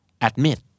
Admit